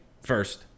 first